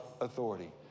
authority